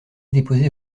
déposer